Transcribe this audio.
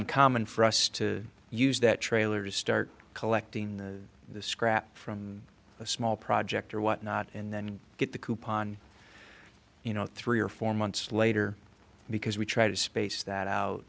uncommon for us to use that trailer to start collecting the scraps from a small project or whatnot and then get the coupon you know three or four months later because we try to space that